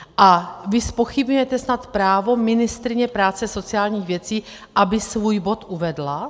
A vy zpochybňujete snad právo ministryně práce a sociálních věcí, aby svůj bod uvedla?